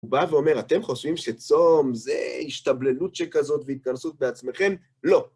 הוא בא ואומר, אתם חושבים שצום זה השתבללות שכזאת והתכנסות בעצמכם? לא.